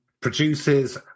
produces